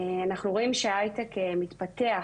אנחנו רואים שהיי טק מתפתח,